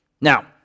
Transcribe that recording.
Now